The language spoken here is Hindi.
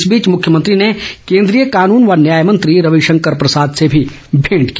इस बीच मुख्यमंत्री ने केन्द्रीय कानून व न्याय मंत्री रविशंकर प्रसाद से भी भेंट की